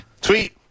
Tweet